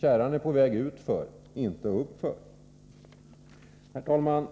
Kärran är på väg utför — inte uppför. Herr talman!